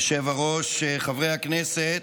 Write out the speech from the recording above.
היושב-ראש, חברי הכנסת,